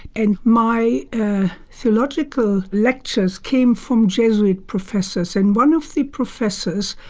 and my theological lectures came from jesuit professors, and one of the professors,